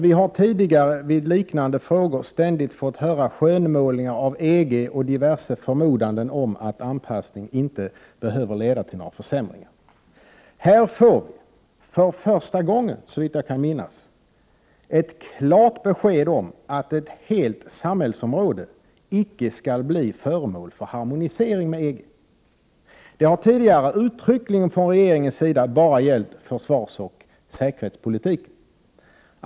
Vi har tidigare, vid liknande frågor, ständigt fått höra skönmålningar av EG och diverse förmodanden om att anpassning inte behöver leda till någon försämring. Här får vi för första gången, såvitt jag kan minnas, ett klart besked om att ett helt samhällsområde icke skall bli föremål för harmonisering med EG. Det har tidigare, uttryckligen från regeringens sida, bara gällt försvarsoch säkerhetspolitiken.